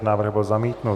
Návrh byl zamítnut.